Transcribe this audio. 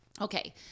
Okay